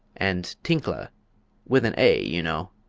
and tinkla with an a, you know.